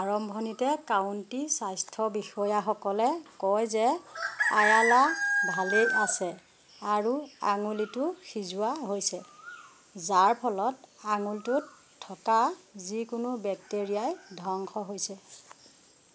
আৰম্ভণিতে কাউন্টি স্বাস্থ্য বিষয়াসকলে কয় যে আয়ালা ভালেই আছে আৰু আঙুলিটো সিজোৱা হৈছে যাৰ ফলত আঙুলটোত থকা যিকোনো বেক্টেৰিয়াই ধ্বংস হৈছে